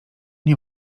nie